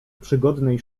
przygodnej